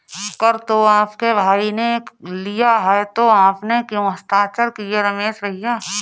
कर तो आपके भाई ने लिया है तो आपने क्यों हस्ताक्षर किए रमेश भैया?